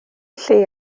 lle